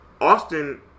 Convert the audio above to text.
austin